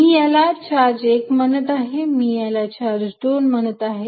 मी याला चार्ज 1 म्हणत आहे मी याला चार्ज 2 म्हणत आहे